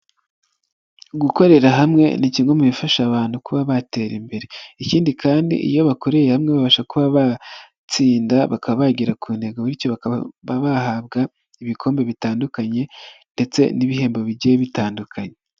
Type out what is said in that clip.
Gukorera hamwe ni kimwe mu bifasha abantu kuba batera imbere, ikindi kandi iyo bakoreye hamwe babasha kuba batsinda bakaba bagera ku ntego bityo bakaba bahabwa ibikombe bitandukanye ndetse n'ibihembo bigiye bitandukanye.